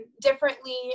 differently